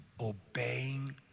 obeying